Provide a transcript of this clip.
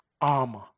armor